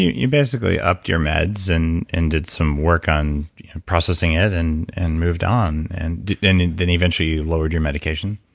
you basically upped your meds and and did some work on processing it and and moved on. and then then eventually you lowered your medication?